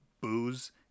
booze